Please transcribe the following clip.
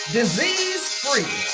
disease-free